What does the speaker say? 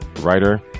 writer